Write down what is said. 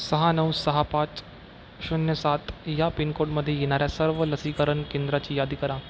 सहा नऊ सहा पाच शून्य सात या पिनकोडमध्ये येणाऱ्या सर्व लसीकरण केंद्राची यादी करा